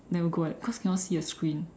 never go like that because cannot see the screen